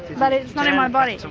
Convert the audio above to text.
but it's not in my body. so